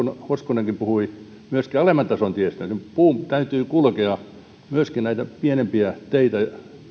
hoskonen puhui myöskin alemman tason tiestöstä esimerkiksi puun täytyy kulkea myöskin näitä pienempiä teitä